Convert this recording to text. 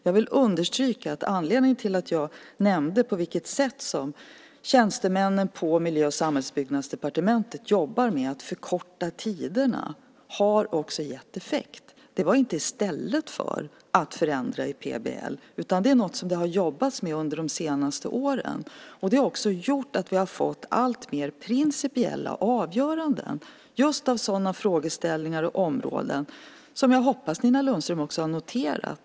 Jag vill understryka att anledningen till att jag nämnde på vilket sätt som tjänstemännen på Miljö och samhällsbyggnadsdepartementet jobbar med att förkorta tiderna är att det också har gett effekt. Det här var inte i stället för att förändra i PBL, utan detta är något som det har jobbats med under de senaste åren. Det har också gjort att vi har fått alltmer principiella avgöranden, just när det gäller sådana frågeställningar och områden som jag hoppas att Nina Lundström också har noterat.